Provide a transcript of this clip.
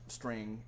string